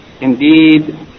Indeed